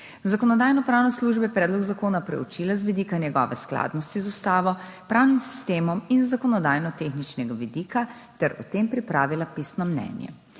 Zakonodajno-pravna služba je predlog zakona preučila z vidika njegove skladnosti z ustavo, pravnim sistemom in z zakonodajno-tehničnega vidika ter o tem pripravila pisno mnenje.